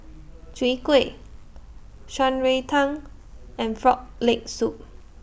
Chwee Kueh Shan Rui Tang and Frog Leg Soup